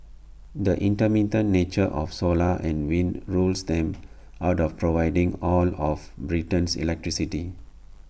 the intermittent nature of solar and wind rules them out of providing all of Britain's electricity